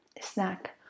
snack